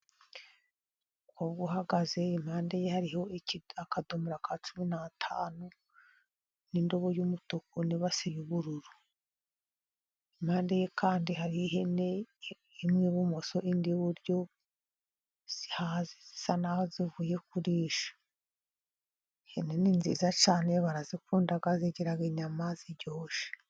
Umugore uhagaze impande hari akadomora ka cumi n'atanu, n'indobo y'umutuku, n'ibasi y'ubururu, impande ye kandi hari ihene, imwe ibumoso indi iburyo zihaze zisa n'aho zivuye kurisha. Ihene ni nziza cyane barazikunda zigiraga inyama ziryoshye.